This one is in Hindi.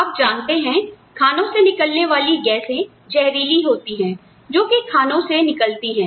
आप जानते हैं खानों से निकलने वाली गैसें जहरीली होती हैं जो कि खानों से निकलती हैं